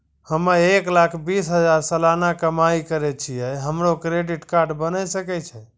हम्मय एक लाख बीस हजार सलाना कमाई करे छियै, हमरो क्रेडिट कार्ड बने सकय छै?